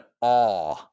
awe